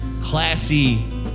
classy